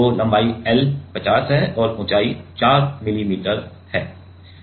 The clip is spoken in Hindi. तो लंबाई L 50 है और ऊंचाई 4 मिली मीटर है